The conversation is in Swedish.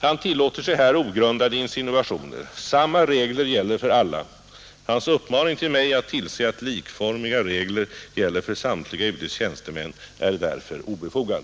Han tillåter sig här ogrundade insinuationer. Samma regler gäller för alla. Hans uppmaning till mig att tillse att likformiga regler gäller för samtliga UD:s tjänstemän är därför obefogad.